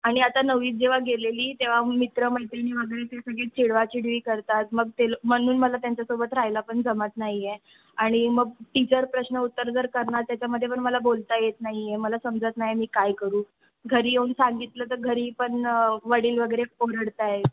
आणि आता नववीत जेव्हा गेलेली तेव्हा मित्रमैत्रिणी वगैरे ते सगळे चिडवाचिडवी करतात मग ते ल म्हणून मला त्यांच्यासोबत राहायला पण जमत नाही आहे आणि मग टीचर प्रश्न उत्तर जर करणार त्याच्यामध्ये पण मला बोलता येत नाही आहे मला समजत नाही मी काय करू घरी येऊन सांगितलं तर घरी पण वडील वगैरे ओरडत आहेत